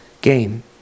game